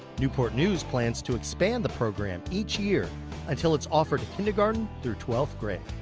newport news plans to expand the program each year until it's offered to kindergarten through twelfth grade.